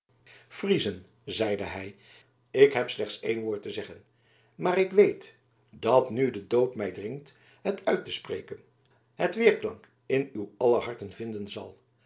friezen zeide hij ik heb slechts één woord te zeggen maar ik weet dat nu de nood mij dringt het uit te spreken het weerklank in uw aller harten vinden zal